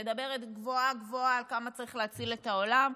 שמדברת גבוהה-גבוהה כמה צריך להציל את העולם,